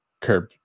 curb